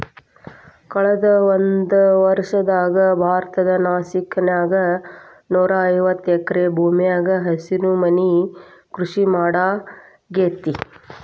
ಕಳದ ಒಂದ್ವರ್ಷದಾಗ ಭಾರತದ ನಾಸಿಕ್ ನ್ಯಾಗ ನೂರಾಐವತ್ತ ಎಕರೆ ಭೂಮ್ಯಾಗ ಹಸಿರುಮನಿ ಕೃಷಿ ಮಾಡ್ಲಾಗೇತಿ